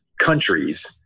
countries